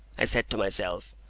i said to myself,